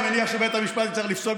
אני מניח שבית המשפט יצטרך לפסוק,